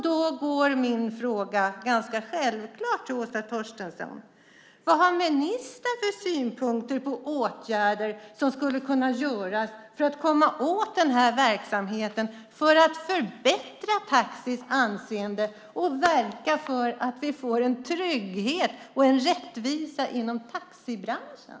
Då blir min fråga till Åsa Torstensson ganska självklar: Vad har ministern för synpunkter på åtgärder som skulle kunna vidtas för att man ska komma åt denna verksamhet, för att man ska förbättra taxibranschens anseende och för att man ska verka för att vi får en trygghet och rättvisa inom taxibranschen?